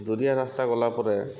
ଦୁରିିଆ ରାସ୍ତା ଗଲା ପରେ